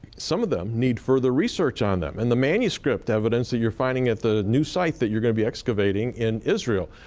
some of them need further research on them. and the manuscript evidence that you are finding at the new site that you are going to be excavating in israel,